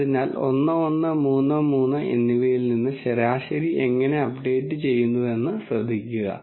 അതിനാൽ 1 1 3 3 എന്നിവയിൽ നിന്ന് ശരാശരി എങ്ങനെ അപ്ഡേറ്റ് ചെയ്തുവെന്ന് ശ്രദ്ധിക്കുക